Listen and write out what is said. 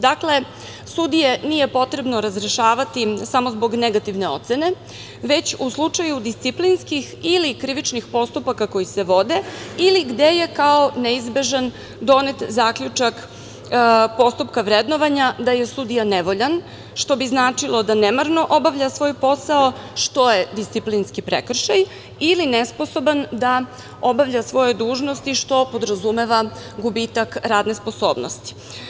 Dakle, sudije nije potrebno razrešavati samo zbog negativne ocene, već u slučaju disciplinskih ili krivičnih postupaka, koji se vode ili gde je kao neizbežan donet zaključak postupka vrednovanja da je sudija nevoljan, što bi značilo da nemarno obavlja svoj posao, što je disciplinski prekršaj ili nesposoban da obavlja svoje dužnosti, što podrazumeva gubitak radne sposobnosti.